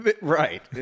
Right